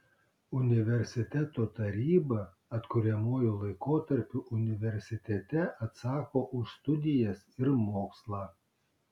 universiteto taryba atkuriamuoju laikotarpiu universitete atsako už studijas ir mokslą